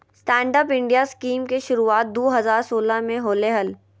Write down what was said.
stand up India scheme के शुरुआत दू हज़ार सोलह में होलय हल